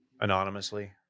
Anonymously